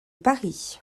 paris